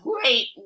great